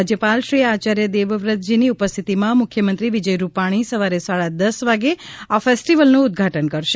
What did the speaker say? રાજ્યપાલ શ્રી આયાર્ય દેવવ્રતજીની ઉપસ્થિતિમાં મુખ્યમંત્રી વિજય રૂપાણી સવારે સાડા દસ વાગે આ ફેસ્ટિવલનું ઉદ્વાટન કરશે